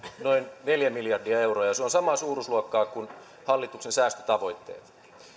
noin neljä miljardia euroa ja se on samaa suuruusluokkaa kuin hallituksen säästötavoitteet